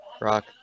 Rock